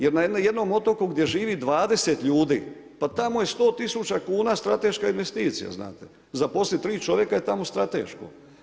Jer na jednom otoku gdje živi 20 ljudi pa tamo je 100 tisuća kuna strateška investicija znate, zaposliti tri čovjeka je tamo strateško.